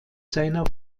seiner